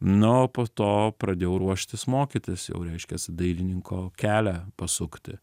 na o po to pradėjau ruoštis mokytis jau reiškiasi dailininko kelią pasukti